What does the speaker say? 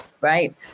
right